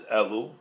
elu